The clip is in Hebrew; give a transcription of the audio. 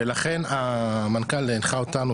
ולכן המנכ"ל הנחה אותנו,